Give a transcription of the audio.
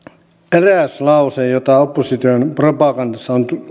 eräs lause jota opposition propagandassa on